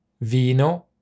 Vino